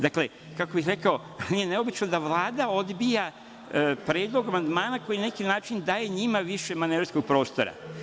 Dakle, kako bih rekao, meni je neobično da Vlada odbija predlog amandmana koji na neki način daje njima više manevarskog prostora.